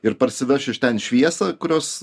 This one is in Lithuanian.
ir parsiveš iš ten šviesą kurios